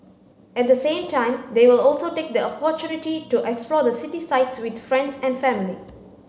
at the same time they will also take the opportunity to explore the city sights with friends and family